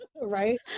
right